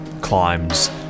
climbs